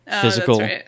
physical